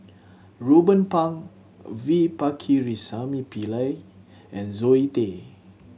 Ruben Pang V Pakirisamy Pillai and Zoe Tay